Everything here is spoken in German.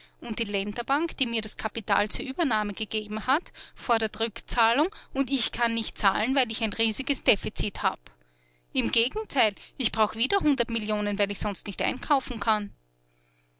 und die länderbank die mir das kapital zur uebernahme gegeben hat fordert rückzahlung und ich kann nicht zahlen weil ich ein riesiges defizit habe im gegenteil ich brauche wieder hundert millionen weil ich sonst nicht einkaufen kann